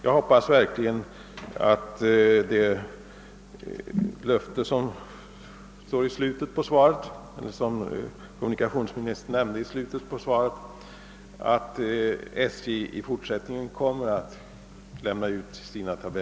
Jag hoppas att den översyn av SJ:s publicering av tidtabellen som omnäm nes i slutet av svaret även kommer att ske.